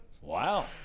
Wow